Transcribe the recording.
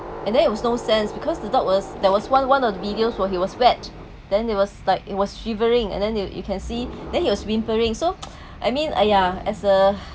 and then it was no sense because the dog was there was one one of the videos where he was wet then it was like it was shivering and then you you can see then he was whimpering so I mean !aiya! as a